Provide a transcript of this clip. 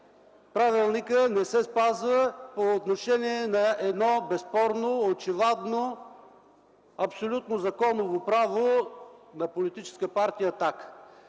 правилникът не се спазва по отношение на едно безспорно, очевадно, абсолютно законово право на Политическа партия